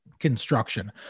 construction